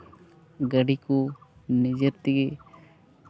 ᱜᱟᱹᱰᱤ ᱠᱚ ᱱᱤᱡᱮᱛᱮ